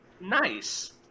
nice